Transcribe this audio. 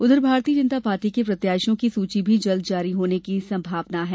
उधर भारतीय जनता पार्टी की प्रत्याशियों की सूची भी जल्द जारी होने की संभावना है